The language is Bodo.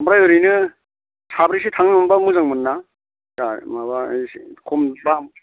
ओमफ्राय ओरैनो साब्रैसो थांनो मोनबा मोजांमोन ना जोंहा माबा एसे खम बा